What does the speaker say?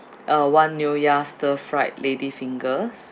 uh one nyonya stir fried lady fingers